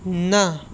ના